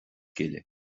gile